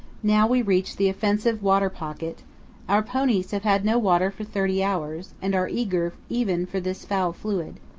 now we reach the offensive water pocket our ponies have had no water for thirty hours, and are eager even for this foul fluid.